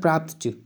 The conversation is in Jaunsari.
म तैयार होलु।